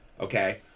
okay